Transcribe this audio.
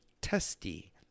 Testy